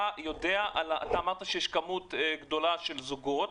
אתה אמרת שיש כמות גדולה של זוגות,